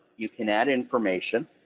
you can add information.